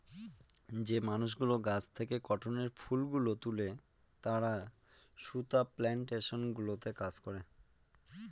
যে মানুষগুলো গাছ থেকে কটনের ফুল গুলো তুলে তারা সুতা প্লানটেশন গুলোতে কাজ করে